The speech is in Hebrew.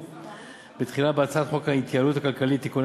בתחילה בהצעת חוק ההתייעלות הכלכלית (תיקוני